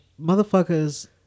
motherfuckers